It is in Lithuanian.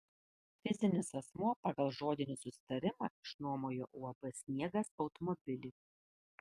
fizinis asmuo pagal žodinį susitarimą išnuomojo uab sniegas automobilį